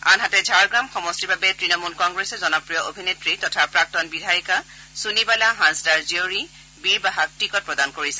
আনহাতে ঝাৰগ্ৰাম সমষ্টিৰ বাবে তৃণমূল কংগ্ৰেছে জনপ্ৰিয় অভিনেত্ৰী তথা প্ৰাক্তন বিধায়িকা চূনীবালা হান্সডাৰ জীয়ৰী বীৰবাহাক টিকট প্ৰদান কৰিছে